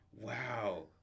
Wow